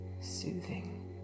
soothing